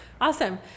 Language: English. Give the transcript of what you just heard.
Awesome